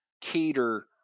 cater